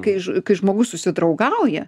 kai kai žmogus susidraugauja